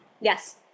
Yes